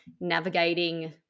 navigating